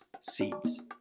seeds